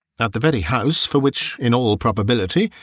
at the very house for which, in all probability,